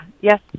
yes